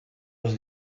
los